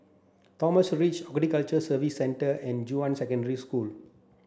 Ridge Horticulture Services Centre and Junyuan Secondary School